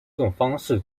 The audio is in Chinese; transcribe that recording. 方式